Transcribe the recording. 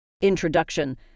Introduction